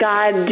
God